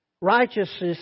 Righteousness